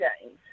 games